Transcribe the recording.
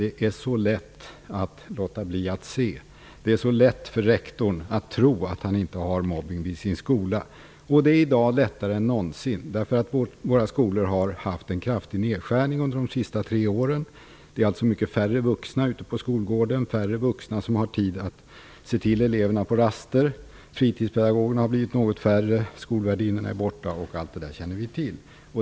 Det är så lätt att låta bli att se. Det är så lätt för en rektor att tro att han inte har mobbning vid sin skola. Det är i dag lättare än någonsin därför att våra skolor har fått en kraftig nedskärning under de senaste tre åren. Det finns mycket färre vuxna ute på skolgården, färre vuxna som har tid att se till eleverna på raster. Fritidspegagogerna har blivit färre, skolvärdinnorna är borta - ja, allt det där känner vi till.